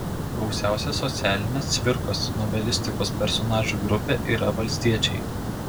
gausiausia socialinė cvirkos novelistikos personažų grupė yra valstiečiai